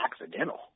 accidental